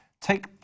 Take